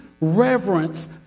reverence